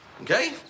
Okay